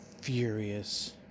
furious